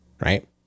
right